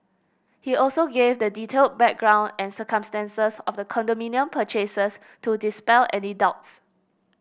he also gave the detailed background and circumstances of the condominium purchases to dispel any doubts